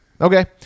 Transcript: Okay